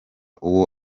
uwo